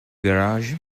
garage